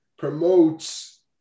Promotes